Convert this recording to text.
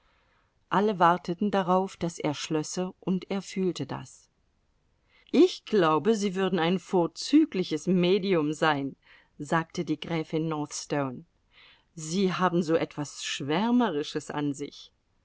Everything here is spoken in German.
alle warteten darauf daß er schlösse und er fühlte das ich glaube sie würden ein vorzügliches medium sein sagte die gräfin northstone sie haben so etwas schwärmerisches an sich